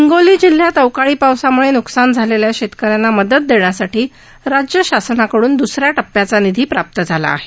हिंगोली जिल्ह्यात अवकाळी पावसामुळे न्कसान झालेल्या शेतकऱ्यांना मदत देण्यासाठी राज्य शासनाकडून द्सऱ्या टप्प्याचा निधी प्राप्त झाला आहे